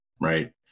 right